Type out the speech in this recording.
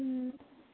उम्